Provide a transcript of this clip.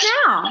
now